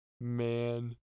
Man